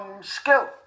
skill